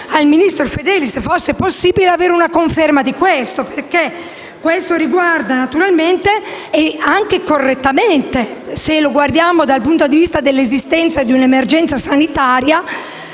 alla ministra Fedeli se fosse possibile avere una conferma di questo perché, naturalmente - e anche correttamente, se lo guardiamo dal punto di vista dell'esistenza di un'emergenza sanitaria